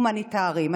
הומניטריים.